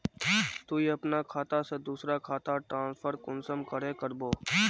तुई अपना खाता से दूसरा खातात ट्रांसफर कुंसम करे करबो?